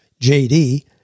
jd